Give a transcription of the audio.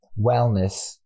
wellness